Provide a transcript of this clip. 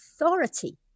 authority